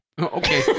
Okay